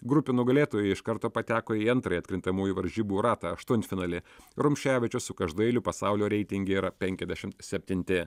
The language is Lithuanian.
grupių nugalėtojai iš karto pateko į antrąjį atkrintamųjų varžybų ratą aštuntfinalį rumševičius su každailiu pasaulio reitinge yra penkiadešim septinti